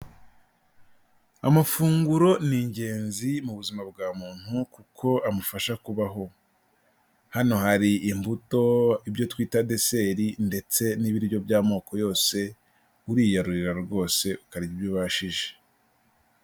Amafunguro ni ingenzi mu buzima bwa muntu kuko amufasha kubaho, hano hari imbuto ibyo twita deseri ndetse n'ibiryo by'amoko yose, uriyarurira rwose ukarya ibyo ubashije.